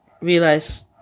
realize